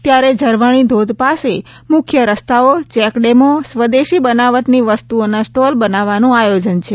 ત્યારે ઝરવાણી ધોધ પાસે મુખ્ય રસ્તાઓ ચેકડેમો સ્વદેશી બનાવટની વસ્તુઓના સ્ટોલ બનાવવાનું આયોજન છે